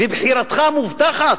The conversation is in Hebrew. ובחירתך מובטחת,